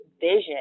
vision